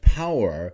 power